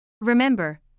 Remember